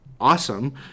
awesome